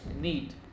need